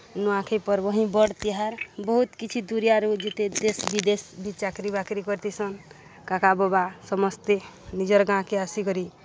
ନୂଆଖାଇ ପର୍ବ ହିଁ ବଡ଼୍ ତିହାର୍ ବହୁତ୍ କିଛି ଦୁରିଆରୁ ଯେତେ ଦେଶ୍ ବିଦେଶ୍ ବି ଚାକ୍ରି ବାକ୍ରି କରିଥିସନ୍ କାକା ବବା ସମସ୍ତେ ନିଜର୍ ଗାଁକେ ଆସିକରି